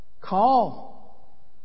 Call